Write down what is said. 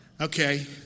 Okay